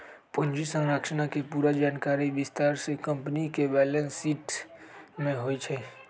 पूंजी संरचना के पूरा जानकारी विस्तार से कम्पनी के बैलेंस शीट में होई छई